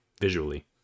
visually